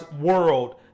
world